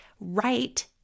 right